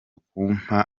kumpa